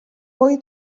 poi